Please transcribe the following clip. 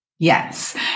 Yes